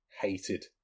hated